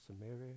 Samaria